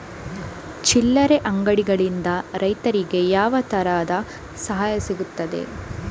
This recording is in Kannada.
ಚಿಲ್ಲರೆ ಅಂಗಡಿಗಳಿಂದ ರೈತರಿಗೆ ಯಾವ ತರದ ಸಹಾಯ ಸಿಗ್ತದೆ?